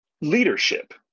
leadership